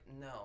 no